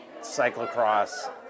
cyclocross